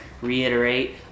Reiterate